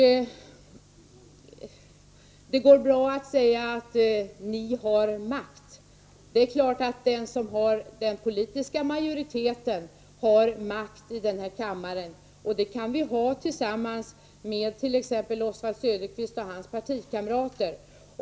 Det går bra att säga att socialdemokratin har makt. Det är klart att den som har politisk majoritet här i kammaren har makt, och det kan vi ha tillsammans med t.ex. Oswald Söderqvist och hans partikamrater.